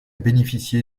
bénéficié